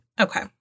Okay